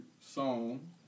song